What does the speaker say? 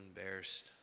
embarrassed